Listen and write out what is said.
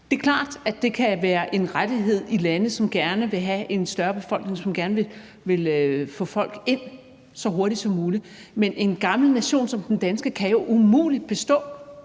Det er klart, at det kan være en rettighed i lande, som gerne vil have en større befolkning, som gerne vil få folk ind så hurtigt som muligt. Men en gammel nation som den danske kan jo umuligt bestå,